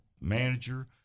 manager